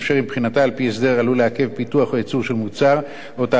עלולה לעכב פיתוח או ייצור של מוצר או תהליך של הצד השלישי,